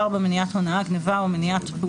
מניעת הונאה,